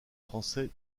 français